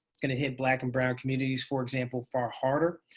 it's going to hit black and brown communities, for example, far harder.